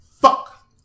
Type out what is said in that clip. fuck